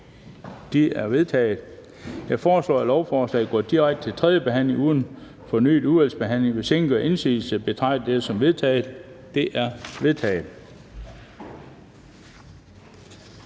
De er vedtaget. Jeg foreslår, at lovforslaget går direkte til tredje behandling uden fornyet udvalgsbehandling. Hvis ingen gør indsigelse, betragter jeg dette som vedtaget. Det er vedtaget.